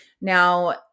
Now